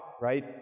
right